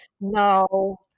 No